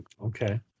okay